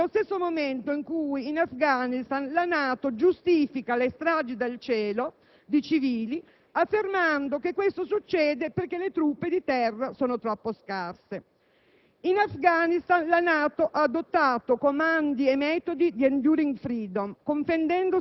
Oggi anche negli Stati Uniti c'è un ripensamento rispetto al senso di queste guerre, non solo negli ambienti democratici e negli editoriali progressisti. Il politologo repubblicano Edward Luttwak ha scritto che per superare